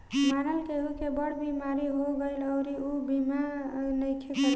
मानल केहु के बड़ बीमारी हो गईल अउरी ऊ बीमा नइखे करवले